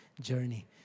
journey